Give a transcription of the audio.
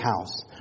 house